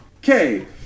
Okay